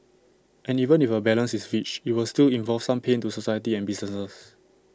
and even if A balance is reached IT will still involve some pain to society and businesses